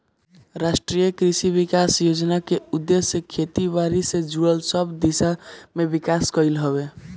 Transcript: राष्ट्रीय कृषि विकास योजना के उद्देश्य खेती बारी से जुड़ल सब दिशा में विकास कईल हवे